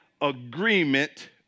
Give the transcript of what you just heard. agreement